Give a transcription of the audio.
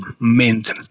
mint